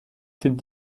cette